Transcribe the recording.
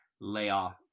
layoff